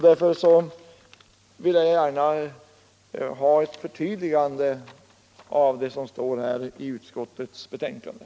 Därför vill jag gärna ha ett förtydligande av det som står i utskotltsbetänkandet.